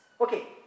Okay